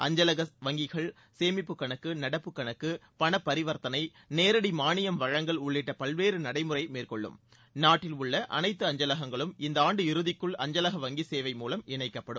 அஞ்சலக வங்கிகள் சேமிப்பு கணக்கு நடப்பு கணக்கு பணப்பரிவர்த்தனை நேரடி மான்யம் வழங்கல் உள்ளிட்ட பல்வேறு நடைமுறை மேற்கொள்ளும் நாட்டில் உள்ள அனைத்து அஞ்சலகங்களும் இந்த ஆண்டு இறுதிக்குள் அஞ்சலக வங்கி சேவை மூலம் இணைக்கப்படும்